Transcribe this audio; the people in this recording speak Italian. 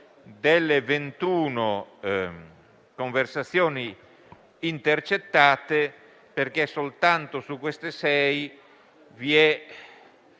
Grazie